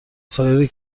سایر